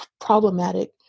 problematic